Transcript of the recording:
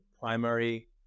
primary